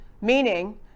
Meaning